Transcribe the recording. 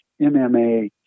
MMA